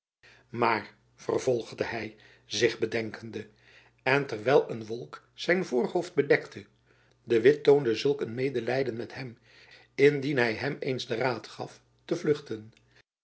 maar vervolgde hy zich bedenkende en terwijl een wolk zijn voorhoofd bedekte de witt toonde zulk een medelijden met hem indien hy hem eens den raad gaf te vluchten